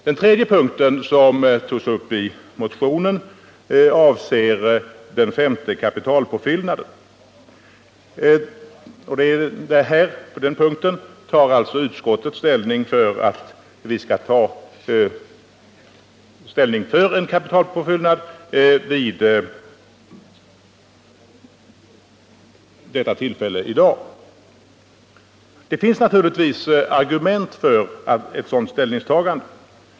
Den tredje punkten i motionen avser den femte kapitalpåfyllnaden. På den punkten har utskottet tillstyrkt att riksdagen i dag skall ta ställning för en kapitalpåfyllnad. Det finns naturligtvis argument för ett sådant ställningstagande.